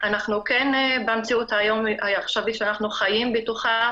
אנחנו כן במציאות העכשווי שאנחנו חיים בתוכה